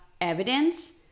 evidence